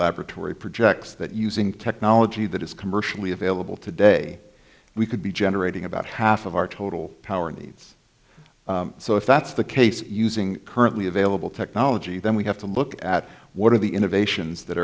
laboratory projects that using technology that is commercially available today we could be generating about half of our total power needs so if that's the case using currently available technology then we have to look at what are the innovations that